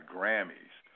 Grammys